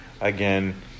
again